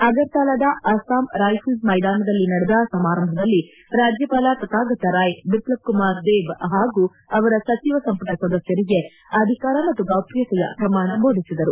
ಅಗರ್ತಲಾದ Assam rifles ಮೈದಾನದಲ್ಲಿ ನಡೆದ ಸಮಾರಂಭದಲ್ಲಿ ರಾಜ್ಯಪಾಲ ತಥಾಗತ ರಾಯ್ ಬಿಫ್ಲವ್ಕುಮಾರ್ ದೇಬ್ ಹಾಗೂ ಅವರ ಸಚಿವ ಸಂಪುಟ ಸದಸ್ಥರಿಗೆ ಅಧಿಕಾರ ಮತ್ತು ಗೌಪ್ಠತೆಯ ಪ್ರಮಾಣ ಬೋಧಿಸಿದರು